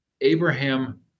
abraham